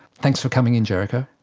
thanks for coming in jerikho.